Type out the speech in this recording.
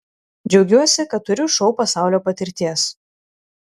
džiaugiuosi kad turiu šou pasaulio patirties